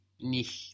nicht